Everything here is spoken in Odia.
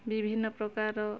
ବିଭିନ୍ନ ପ୍ରକାର